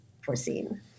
foreseen